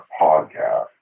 podcast